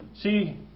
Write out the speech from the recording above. See